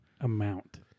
amount